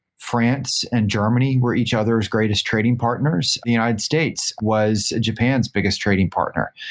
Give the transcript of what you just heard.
france and germany were each other's greatest trading partners. the united states was japan's biggest trading partner.